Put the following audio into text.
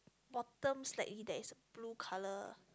bottom slightly there is blue color